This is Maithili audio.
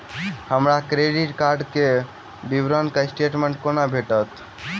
हमरा क्रेडिट कार्ड केँ विवरण वा स्टेटमेंट कोना भेटत?